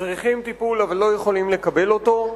שצריכים טיפול אבל לא יכולים לקבל אותו.